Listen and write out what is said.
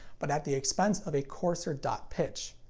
but at the expense of a coarser dot pitch.